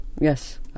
yes